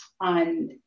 on